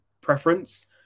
preference